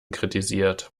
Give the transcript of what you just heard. kritisiert